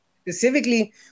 specifically